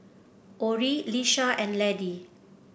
Orrie Lisha and Laddie